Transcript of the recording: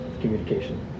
communication